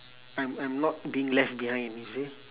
I'm I'm not being left behind you see